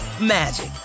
magic